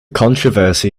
controversy